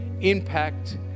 impact